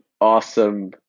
awesome